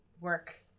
work